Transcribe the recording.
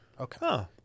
okay